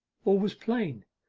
all was plain.